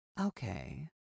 Okay